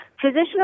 physician